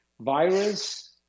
virus